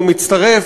הוא מצטרף,